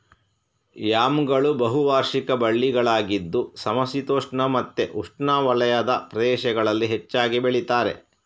ಯಾಮ್ಗಳು ಬಹು ವಾರ್ಷಿಕ ಬಳ್ಳಿಗಳಾಗಿದ್ದು ಸಮಶೀತೋಷ್ಣ ಮತ್ತೆ ಉಷ್ಣವಲಯದ ಪ್ರದೇಶಗಳಲ್ಲಿ ಹೆಚ್ಚಾಗಿ ಬೆಳೀತಾರೆ